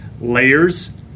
layers